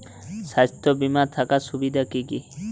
স্বাস্থ্য বিমা থাকার সুবিধা কী কী?